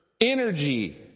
energy